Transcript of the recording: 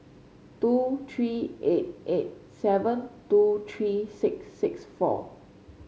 two three eight eight seven two three six six four